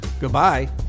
Goodbye